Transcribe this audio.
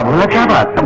looking at